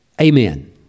Amen